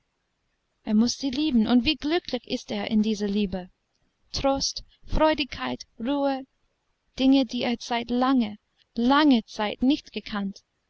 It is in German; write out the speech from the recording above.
er muß sie lieben und wie glücklich ist er in dieser liebe trost freudigkeit ruhe dinge die er seit langer langer zeit nicht gekannt ziehen